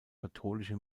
katholische